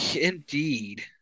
Indeed